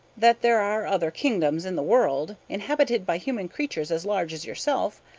that there are other kingdoms in the world, inhabited by human creatures as large as yourself,